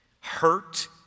Hurt